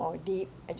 okay okay